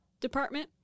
department